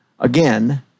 again